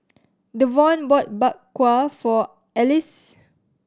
Davonte bought Bak Kwa for Alize